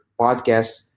podcasts